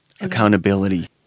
Accountability